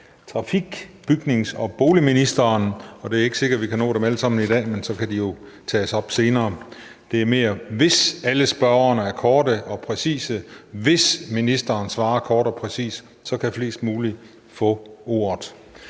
transport-, bygnings- og boligministeren, og det er ikke sikkert, vi kan nå dem alle sammen i dag, men så kan de jo tages op senere. Det er mere for at sige, at hvis alle spørgerne er korte og præcise og ministeren svarer kort og præcist, kan flest mulige få ordet.